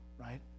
right